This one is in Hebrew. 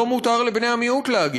לא מותר לבני המיעוט להגיד,